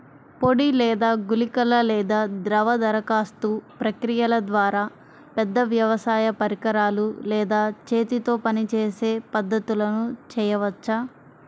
పొడి లేదా గుళికల లేదా ద్రవ దరఖాస్తు ప్రక్రియల ద్వారా, పెద్ద వ్యవసాయ పరికరాలు లేదా చేతితో పనిచేసే పద్ధతులను చేయవచ్చా?